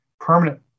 permanent